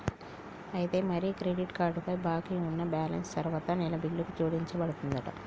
అయితే మరి credit card పై బాకీ ఉన్న బ్యాలెన్స్ తరువాత నెల బిల్లుకు జోడించబడుతుందంట